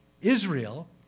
Israel